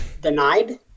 denied